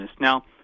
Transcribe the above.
Now